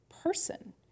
person